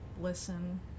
listen